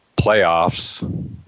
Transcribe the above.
playoffs